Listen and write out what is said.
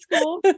school